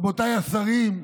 רבותיי השרים,